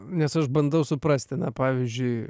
nes aš bandau suprasti na pavyzdžiui